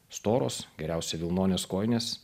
storos geriausia vilnonės kojinės